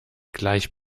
gleich